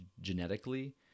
genetically